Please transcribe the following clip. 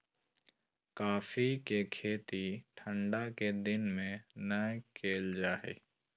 coffee के खेती ठंढा के दिन में नै कइल जा हइ